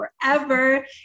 forever